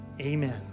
amen